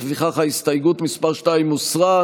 לפיכך, ההסתייגות מס' 2 הוסרה.